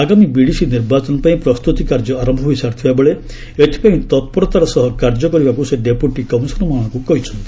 ଆଗାମୀ ବିଡିସି ନିର୍ବାଚନ ପାଇଁ ପ୍ରସ୍ତୁତି କାର୍ଯ୍ୟ ଆରମ୍ଭ ହୋଇ ସାରିଥିବାବେଳେ ଏଥିପାଇଁ ତତ୍ପରତାର ସହ କାର୍ଯ୍ୟ କରିବାକୁ ସେ ଡେପୁଟି କମିଶନର୍ମାନଙ୍କୁ କହିଛନ୍ତି